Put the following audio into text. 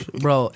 bro